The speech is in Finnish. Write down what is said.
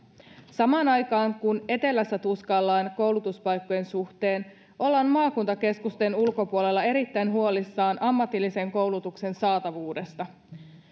samaan aikaan kun etelässä tuskaillaan koulutuspaikkojen suhteen ollaan maakuntakeskusten ulkopuolella erittäin huolissaan ammatillisen koulutuksen saatavuudesta